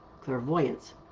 clairvoyance